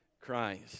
Christ